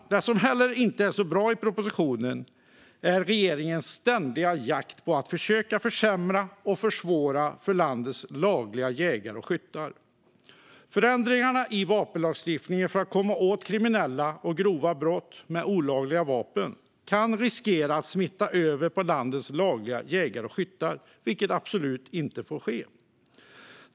Det som heller inte är bra i propositionen är regeringens ständiga jakt för att försämra och försvåra för landets lagliga jägare och skyttar. Förändringarna i vapenlagstiftningen för att komma åt kriminella och deras grova brott med olagliga vapen riskerar att smitta av sig på landets lagliga jägare och skyttar, vilket absolut inte får ske.